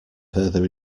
further